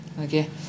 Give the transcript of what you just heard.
okay